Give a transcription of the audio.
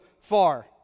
far